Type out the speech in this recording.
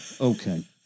Okay